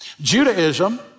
Judaism